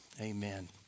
Amen